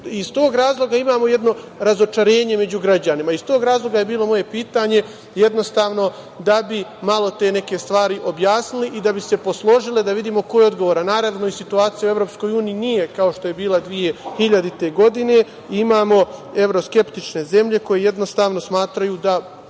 Iz tog razloga imamo jedno razočarenje među građanima. Iz tog razloga je bilo moje pitanje da bi malo te neke stvari objasnili i da bi se posložile, da vidimo ko je odgovoran i, naravno, situacija u EU nije kao što je bila 2000. godine i imamo evroskeptične zemlje koje smatraju da